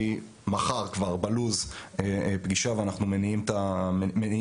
כבר מחר פגישה ואנחנו מתניעים את העבודה.